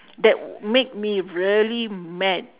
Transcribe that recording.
that made me really mad